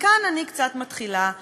וכאן אני קצת מתחילה להילחץ,